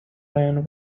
and